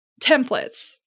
templates